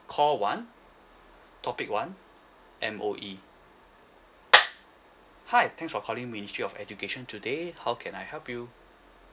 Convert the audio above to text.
call one topic one M_O_E hi thanks for calling ministry of education today how can I help you